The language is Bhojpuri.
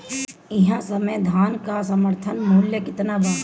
एह समय धान क समर्थन मूल्य केतना बा?